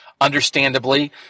understandably